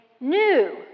new